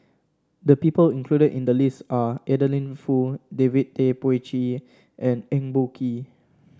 the people included in the list are Adeline Foo David Tay Poey Cher and Eng Boh Kee